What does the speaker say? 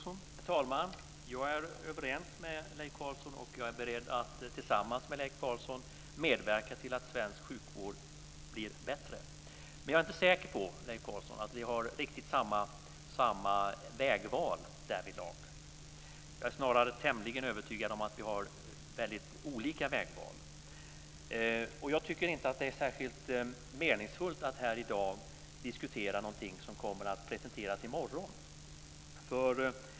Herr talman! Jag är överens med Leif Carlson, och jag är beredd att tillsammans med honom medverka till att svensk sjukvård blir bättre. Men jag är inte säker på att vi gör samma vägval därvidlag. Jag är snarare tämligen övertygad om att vi gör olika vägval. Jag tycker inte att det är särskilt meningsfullt att här i dag diskutera någonting som kommer att presenteras i morgon.